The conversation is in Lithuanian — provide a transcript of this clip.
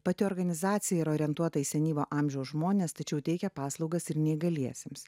pati organizacija orientuota į senyvo amžiaus žmones tačiau teikia paslaugas ir neįgaliesiems